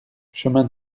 chemin